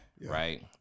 right